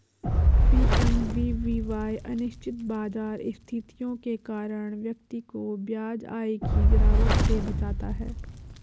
PMVVY अनिश्चित बाजार स्थितियों के कारण व्यक्ति को ब्याज आय की गिरावट से बचाता है